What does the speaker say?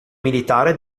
militare